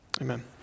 Amen